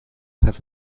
have